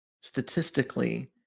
statistically